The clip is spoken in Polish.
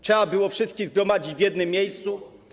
Trzeba było wszystkich zgromadzić w jednym miejscu?